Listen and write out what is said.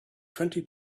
twenty